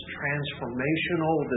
transformational